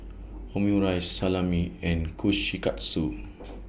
Omurice Salami and Kushikatsu